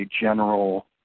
general